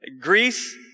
Greece